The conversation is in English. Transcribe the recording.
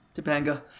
Topanga